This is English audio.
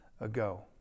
ago